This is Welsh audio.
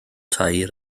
tair